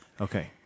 Okay